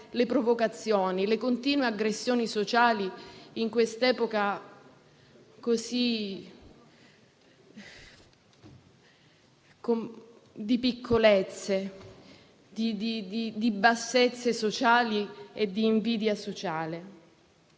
le provocazioni e le continue aggressioni sociali, in quest'epoca di piccolezze, bassezze e di invidia sociale.